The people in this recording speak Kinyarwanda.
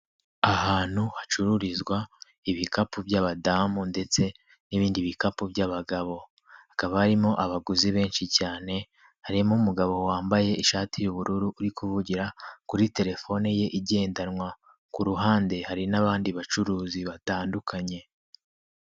Ahantu hacururizwa ibikapu by'abadamu ndetse n'ibindi bikapu by'abagabo, hakaba harimo abaguzi benshi cyane, harimo umugabo wambaye ishati y'ubururu uri kuvugira kuri telefone ye igendanwa, ku ruhande hari n'abandi bacuruzi batandukanye.